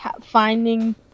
finding